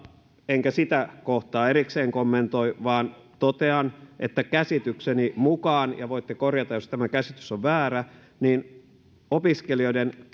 enkä sitä kohtaa erikseen kommentoi vaan totean että käsitykseni mukaan ja voitte korjata jos tämä käsitys on väärä opiskelijoiden